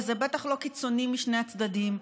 וזה בטח לא קיצוני משני הצדדים.